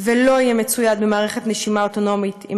ולא יהיה מצויד במערכת נשימה אוטונומית עם